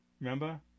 Remember